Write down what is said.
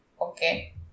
Okay